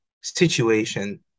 situation